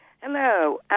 Hello